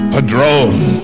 Padrone